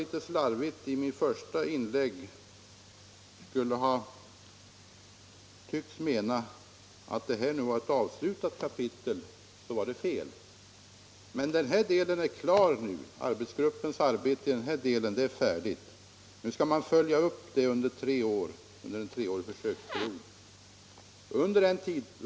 Tisdagen den Om någon av mitt första inlägg fick det intrycket att den här verk 10 februari 1976 samheten var att betrakta som ett avslutat kapitel, så beror det väl på en något slarvig formulering från min sida. Arbetsgruppens arbete i den — Om prishöjningarna första delen är färdigt. Nu skall man följa upp det under en treårig för — på inrikesflygets söksperiod.